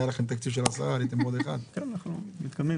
מחשוב,